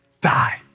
die